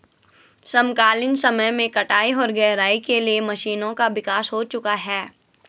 समकालीन समय में कटाई और गहराई के लिए मशीनों का विकास हो चुका है